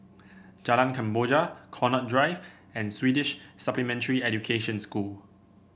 Jalan Kemboja Connaught Drive and Swedish Supplementary Education School